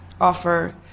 offer